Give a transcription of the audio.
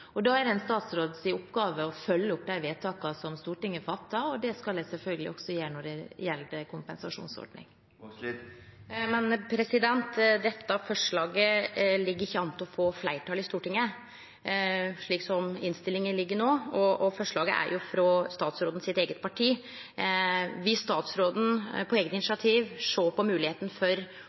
er en statsråds oppgave å følge opp de vedtakene som Stortinget fatter, og det skal jeg selvfølgelig også gjøre når det gjelder en kompensasjonsordning. Dette forslaget ligg ikkje an til å få fleirtal i Stortinget, slik som innstillinga ligg no. Forslaget er frå statsråden sitt eige parti. Vil statsråden på eige initiativ sjå på moglegheita for